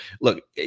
look